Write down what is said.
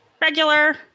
regular